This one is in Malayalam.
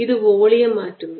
ഇത് വോളിയം മാറ്റുന്നു